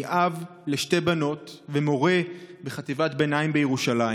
אני אב לשתי בנות ומורה בחטיבת ביניים בירושלים.